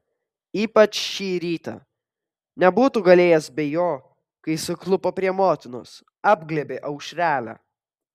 ypač šį rytą nebūtų galėjęs be jo kai suklupo prie motinos apglėbė aušrelę